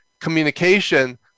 communication